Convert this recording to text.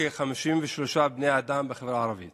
קשה בכלל להחליט מאיפה להתחיל להתייחס לשטויות שדיבר עכשיו